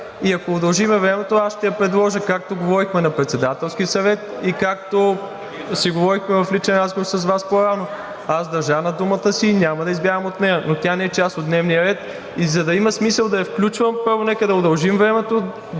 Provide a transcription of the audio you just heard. и ако удължим времето, аз ще я предложа, както говорихме на Председателски съвет и както си говорихме в личен разговор с Вас по-рано. Аз държа на думата си и няма да избягам от нея, но тя не е част от дневния ред и за да има смисъл да я включвам. Първо, нека да удължим времето